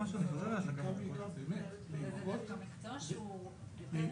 עוד פעם, אנחנו בדיונים